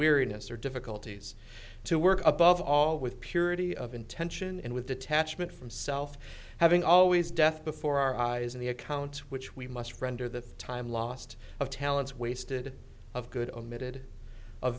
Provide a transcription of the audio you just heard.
weariness or difficulties to work above all with purity of intention and with detachment from self having always death before our eyes in the accounts which we must friend or the time lost of talents wasted of good omitted